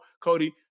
Cody